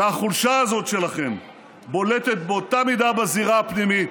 והחולשה הזאת שלכם בולטת באותה מידה בזירה הפנימית.